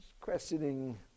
questioning